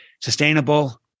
sustainable